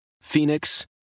Phoenix